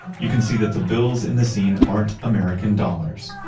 you can see that the bills in this scene aren't american dollars.